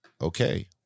Okay